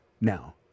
Now